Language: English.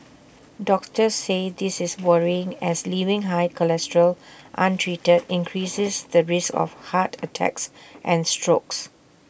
doctors say this is worrying as leaving high cholesterol untreated increases the risk of heart attacks and strokes